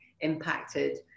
impacted